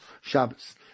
Shabbos